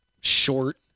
Short